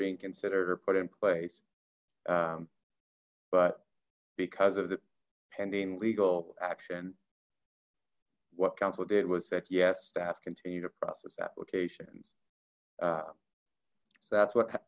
being considered or put in place but because of the pending legal action what counsel did was that yes staff continued to process applications so that's what